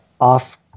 off